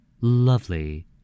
Lovely